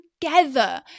together